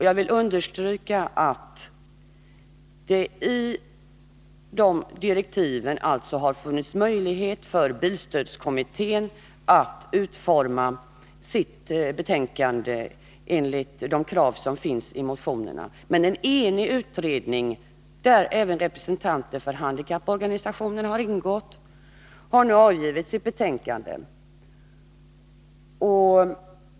Jag vill understryka att det i direktiven gavs möjlighet för bilstödskommittén att utforma sitt betänkande enligt de krav som finns i motionerna. En enig utredning — där även representanter för handikapporganisationerna har ingått — har nu avgivit sitt betänkande.